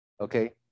Okay